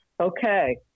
Okay